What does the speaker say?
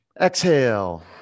exhale